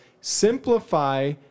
simplify